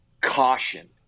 caution